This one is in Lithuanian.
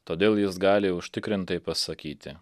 todėl jis gali užtikrintai pasakyti